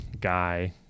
guy